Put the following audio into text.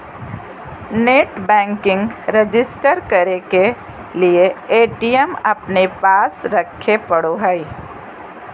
net banking register करे के लिए ए.टी.एम अपने पास रखे पड़ो हइ